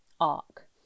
arc